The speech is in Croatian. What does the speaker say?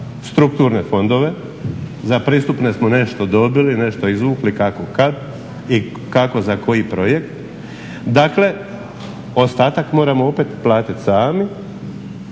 strukturne fondove, za pristupne smo nešto dobili nešto izvukli kako kad i kako za koji projekt dakle ostatak moramo opet platiti sami,